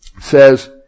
says